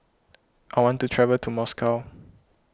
I want to travel to Moscow